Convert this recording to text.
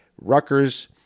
Rutgers